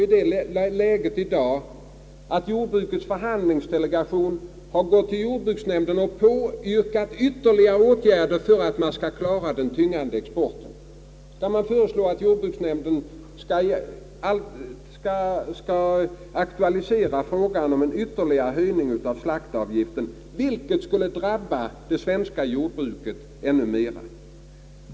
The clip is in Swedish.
ändå vet vi att jordbrukets förhandlingsdelegation hos jordbruksnämnden nu påyrkat ytterligare åtgärder för att klara den tyngande exporten. Man föreslår att jordbruksnämnden skall aktualisera frågan om ytterligare höjning av slaktavgiften, vilket skulle drabba det svenska jordbruket ännu mera.